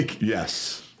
Yes